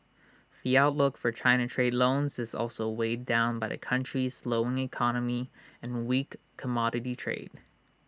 the outlook for China trade loans is also weighed down by the country's slowing economy and weak commodity trade